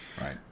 right